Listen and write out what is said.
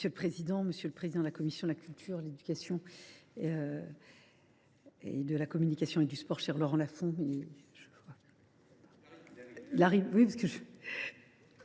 Monsieur le président, monsieur le président de la commission de la culture, de l’éducation, de la communication et du sport, cher Laurent Lafon, monsieur